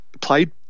played